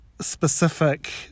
specific